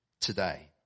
today